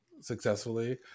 successfully